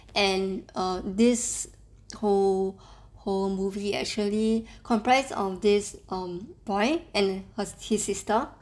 and um this whole whole movie actually comprised of this um boy and her his sister